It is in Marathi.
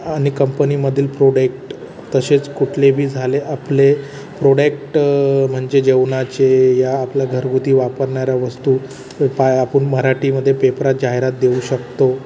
आणि कंपनीमधील प्रोडेक्ट तसेच कुठले बी झाले आपले प्रोडेक्ट म्हणजे जेवणाचे या आपल्या घरगुती वापरणाऱ्या वस्तू पाय आपण मराठीमध्ये पेपरात जाहिरात देऊ शकतो